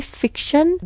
fiction